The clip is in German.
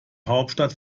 hauptstadt